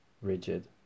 rigid